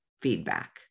feedback